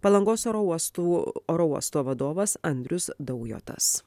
palangos oro uostų oro uosto vadovas andrius daujotas